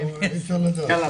הוא במחסור מאוד גדול.